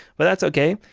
but that's okay.